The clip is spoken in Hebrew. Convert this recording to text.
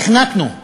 נחנקנו.